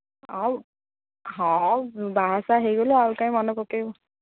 ହଉ ହଉ ବାହା ସାହା ହୋଇଗଲୁ ଆଉ କାହିଁ ମନେ ପକେଇବୁ